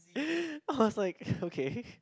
I was like okay